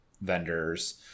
vendors